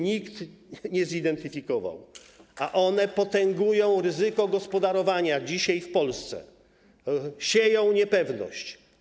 Nikt ich nie zidentyfikował, a one potęgują ryzyko gospodarowania dzisiaj w Polsce, sieją niepewność.